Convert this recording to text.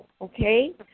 okay